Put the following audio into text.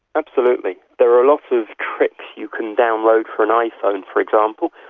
absolutely. there are a lot of tricks you can download for an iphone, for example,